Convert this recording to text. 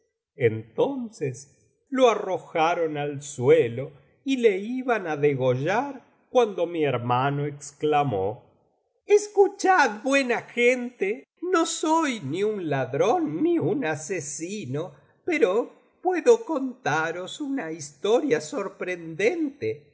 entonces lo arrojaron al suelo y le iban á degollar cuando mi hermano exclamó escuchad buena gente no soy ni un ladrón ni un asesino pero puedo contaros una historia sorprendente